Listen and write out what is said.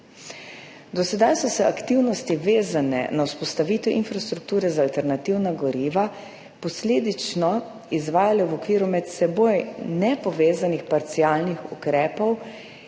Do sedaj so se aktivnosti, vezane na vzpostavitev infrastrukture za alternativna goriva, posledično izvajale v okviru med seboj nepovezanih parcialnih ukrepov,